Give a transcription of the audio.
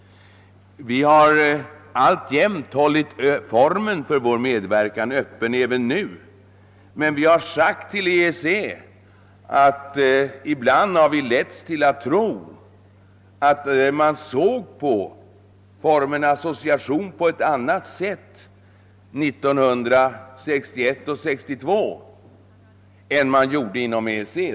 Vi har alltid hållit formen för vår medverkan öppen, och det gör vi även nu. Men vi har framhållit för EEC, att vi ibland har letts till att tro att man inom EEC såg på formen associering på ett annat sätt i dag än år 1961 och 1962.